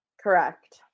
Correct